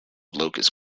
locust